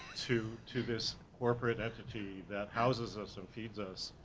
to to this corporate attitude that houses us and feeds us,